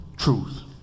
truth